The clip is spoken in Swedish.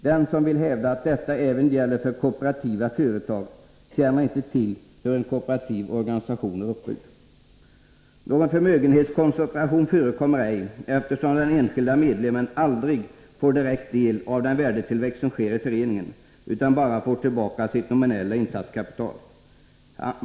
Den som vill hävda att detta även gäller för kooperativa företag känner inte till hur en kooperativ organisation är uppbyggd. Någon förmögenhetskoncentration förekommer ej, eftersom den enskilde medlemmen aldrig får direkt del av den värdetillväxt som sker i föreningen utan bara får tillbaka sitt nominella insatskapital.